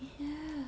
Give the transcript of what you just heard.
ya